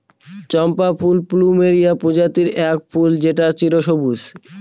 চম্পা ফুল প্লুমেরিয়া প্রজাতির এক ফুল যেটা চিরসবুজ